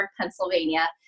Pennsylvania